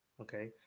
okay